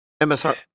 MSR